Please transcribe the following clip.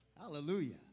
Hallelujah